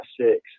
six